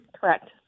Correct